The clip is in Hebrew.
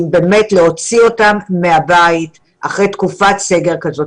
ולהוציא אותם מהבית אחרי תקופת סגר כזאת?